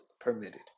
permitted